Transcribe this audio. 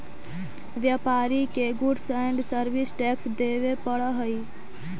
व्यापारि के goods and service tax देवे पड़ऽ हई